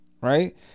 right